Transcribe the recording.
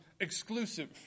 exclusive